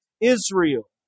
Israel